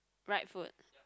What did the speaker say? right foot